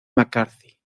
mccarthy